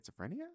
schizophrenia